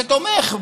שתומך בנו,